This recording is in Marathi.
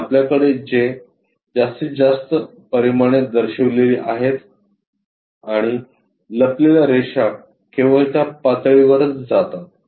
आणि आपल्याकडे येथे जास्तीत जास्त परिमाणे दर्शविलेली आहेत आणि लपलेल्या रेषा केवळ त्या पातळीवरच जातात